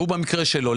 במקרה שלו,